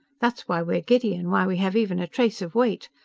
that's why we're giddy and why we have even a trace of weight.